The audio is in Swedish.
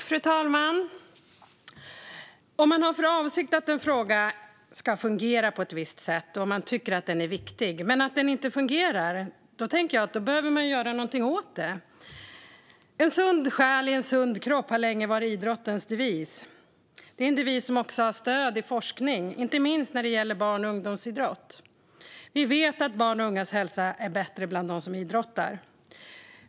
Fru talman! Om man har för avsikt att någonting ska fungera på ett visst sätt och om man tycker att detta är viktigt men det inte fungerar, då behöver man göra någonting åt det. En sund själ i en sund kropp har länge varit idrottens devis. Det är en devis som också har stöd i forskning, inte minst när det gäller barn och ungdomsidrott. Vi vet att barn och ungas hälsa är bättre bland dem som idrottar.